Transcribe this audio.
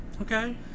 Okay